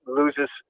loses